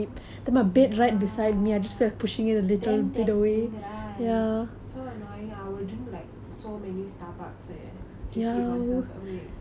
ya damn tempting right so annoying I will drink like so many starbucks leh to keep myself awake